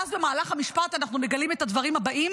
ואז במהלך המשפט אנחנו מגלים את הדברים הבאים,